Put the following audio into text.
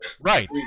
Right